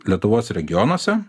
lietuvos regionuose